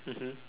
mmhmm